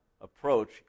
approach